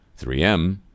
3M